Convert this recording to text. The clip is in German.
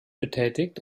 betätigt